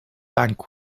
bank